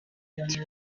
ati